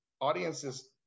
audiences